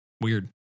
weird